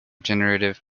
generative